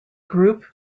group